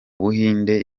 buhinde